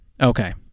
Okay